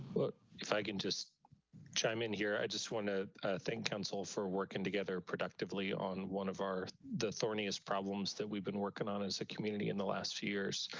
but if i can just chime in here. i just want to thank council for working together productively on one of our the thorniest problems that we've been working on as a community in the last few years.